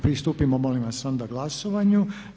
Pristupimo molim vas onda glasovanju.